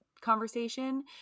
conversation